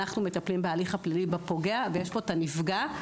אנחנו מטפלים בהליך הפלילי בפוגע ויש פה את הנפגע.